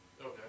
Okay